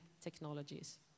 technologies